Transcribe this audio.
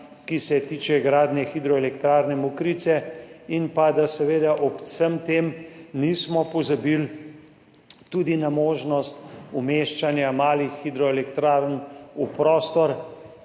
ki se tiče gradnje Hidroelektrarne Mokrice, in pa da seveda ob vsem tem nismo pozabili tudi na možnost umeščanja malih hidroelektrarn v prostor.